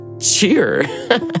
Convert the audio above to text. cheer